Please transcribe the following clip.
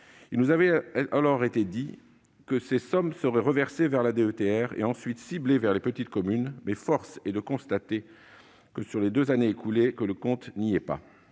Il nous avait alors été dit que ces sommes seraient reversées vers la DETR, puis ciblées en direction des petites communes. Mais force est de constater que, sur les deux années écoulées, le compte n'y est pas.